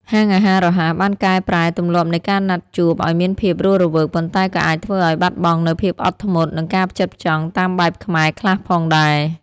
ហាងអាហាររហ័សបានកែប្រែទម្លាប់នៃការណាត់ជួបឱ្យមានភាពរស់រវើក ប៉ុន្តែក៏អាចធ្វើឱ្យបាត់បង់នូវភាពអត់ធ្មត់ និងការផ្ចិតផ្ចង់តាមបែបខ្មែរខ្លះផងដែរ។